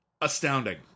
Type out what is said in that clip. Astounding